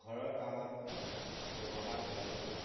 ঘৰৰ কামত ব্য়ৱহাৰ কৰিব পাৰোঁ